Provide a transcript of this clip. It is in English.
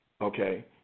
Okay